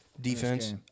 Defense